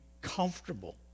comfortable